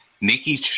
Nikki